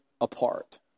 apart